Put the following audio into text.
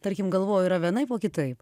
tarkim galvoju yra vienaip o kitaip